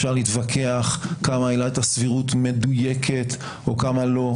אפשר להתווכח כמה עילת הסבירות מדויקת וכמה לא.